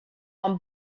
one